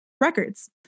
records